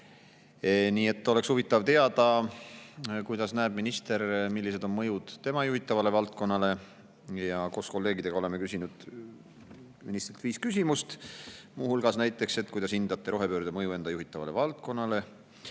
Nii et oleks huvitav teada, kuidas näeb minister, millised on mõjud tema juhitavale valdkonnale. Koos kolleegidega oleme küsinud ministrilt viis küsimust. Muu hulgas näiteks, et kuidas hindab [minister] rohepöörde mõju enda juhitavale valdkonnale,